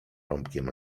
rąbkiem